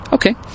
Okay